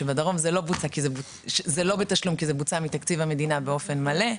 שבדרום זה לא בתשלום כי זה בוצע מתקציב המדינה באופן מלא.